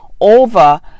over